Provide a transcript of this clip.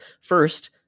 first